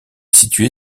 situé